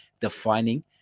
defining